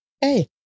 Hey